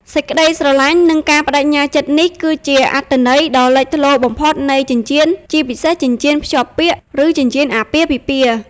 សេចក្ដីស្រឡាញ់ និងការប្តេជ្ញាចិត្ត នេះគឺជាអត្ថន័យដ៏លេចធ្លោបំផុតនៃចិញ្ចៀន ជាពិសេស ចិញ្ចៀនភ្ជាប់ពាក្យ ឬចិញ្ចៀនអាពាហ៍ពិពាហ៍។